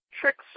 tricks